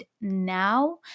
now